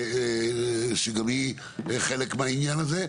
שגם היא חלק מהעניין הזה.